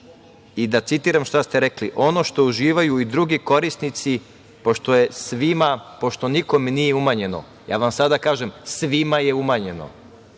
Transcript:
i da citiram šta ste rekli: „Ono što uživaju i drugi korisnici, pošto nikome nije umanjeno“. Ja vam sada kažem – svima je umanjeno.